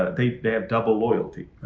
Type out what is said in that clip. they they have double loyalty.